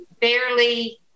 barely